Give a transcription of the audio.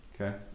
Okay